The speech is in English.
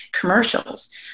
commercials